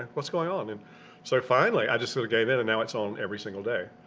what's going on? and so finally i just sort of gave in, and now it's on every single day